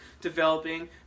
developing